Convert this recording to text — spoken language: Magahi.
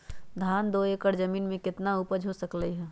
धान दो एकर जमीन में कितना उपज हो सकलेय ह?